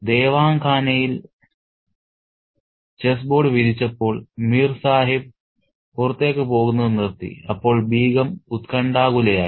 ദേവാങ്കാനയിൽ chess board വിരിച്ചപ്പോൾ മീർ സാഹിബ് പുറത്തേക്ക് പോകുന്നത് നിർത്തി അപ്പോൾ ബീഗം ഉത്കണ്ഠാകുലയായി